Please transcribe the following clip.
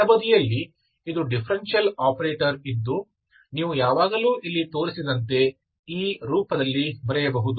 ಎಡಬದಿಯಲ್ಲಿ ಇದು differential operator ಇದ್ದು ನೀವು ಯಾವಾಗಲೂ ಇಲ್ಲಿ ತೋರಿಸಿದಂತೆ ಈ ರೂಪದಲ್ಲಿ ಬರೆಯಬಹುದು